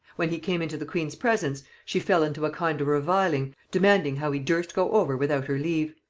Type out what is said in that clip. when he came into the queen's presence, she fell into a kind of reviling, demanding how he durst go over without her leave?